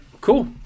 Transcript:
cool